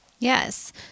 Yes